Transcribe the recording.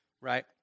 right